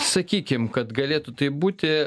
sakykim kad galėtų taip būti